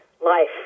life